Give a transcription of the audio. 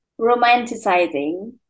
Romanticizing